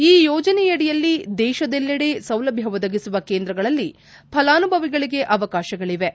ಈ ಯೋಜನೆಯಡಿಯಲ್ಲಿ ದೇಶದೆಲ್ಲೆಡೆ ಸೌಲಭ್ಯ ಒದಗಿಸುವ ಕೇಂದ್ರಗಳಲ್ಲಿ ಫಲಾನುಭವಿಗಳಿಗೆ ಅವಕಾಶಗಳಿವೆ